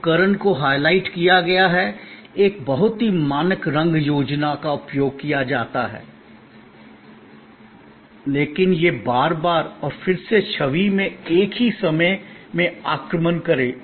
उपकरण को हाइलाइट किया गया है एक बहुत ही मानक रंग योजना का उपयोग किया जाता है ताकि यह बार बार और फिर से छवि में एक ही समय में आक्रमण करे